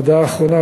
הודעה אחרונה,